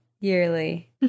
yearly